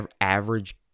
average